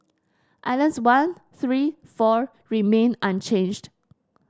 islands one three four remained unchanged